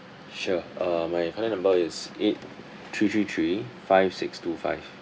sure uh my contact number is eight three three three five six two five